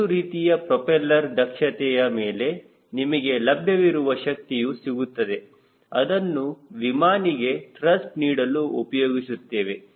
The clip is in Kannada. ಒಂದು ರೀತಿಯ ಪ್ರೋಪೆಲ್ಲರ್ ದಕ್ಷತೆಯ ಮೇಲೆ ನಿಮಗೆ ಲಭ್ಯವಿರುವ ಶಕ್ತಿಯು ಸಿಗುತ್ತದೆ ಅದನ್ನು ವಿಮಾನಿಗೆ ತ್ರಸ್ಟ್ ನೀಡಲು ಉಪಯೋಗಿಸುತ್ತೇವೆ